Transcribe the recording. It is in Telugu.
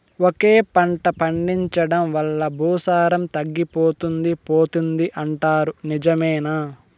ఒకే పంట పండించడం వల్ల భూసారం తగ్గిపోతుంది పోతుంది అంటారు నిజమేనా